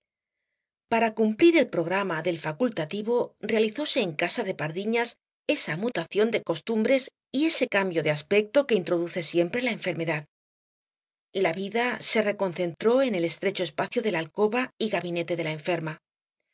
para cumplir el programa del facultativo realizóse en casa de pardiñas esa mutación de costumbres y ese cambio de aspecto que introduce siempre la enfermedad la vida se reconcentró en el estrecho espacio de la alcoba y gabinete de la enferma